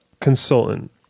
consultant